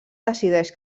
decideix